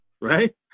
Right